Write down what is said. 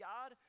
God